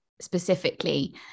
specifically